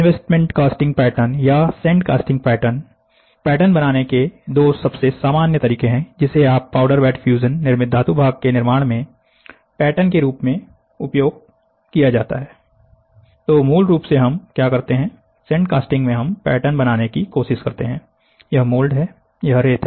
investment casting pattern या sand casting pattern pattern बनाने के दो सबसे सामान्य तरीके हैं जिसे पाउडर बेड फ्यूजन निर्मित धातु के भाग के निर्माण में पैटर्न के रूप में उपयोग किया जाता है तो मूल रूप से हम क्या करते हैं सैंड कास्टिंग में हम पैटर्न बनाने की कोशिश करते हैं यह मोल्ड है यह रेत है